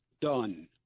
done